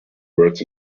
words